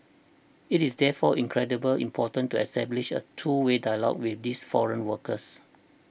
it is therefore incredible important to establish a two way dialogue with these foreign workers